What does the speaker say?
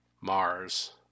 Mars